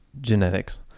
Genetics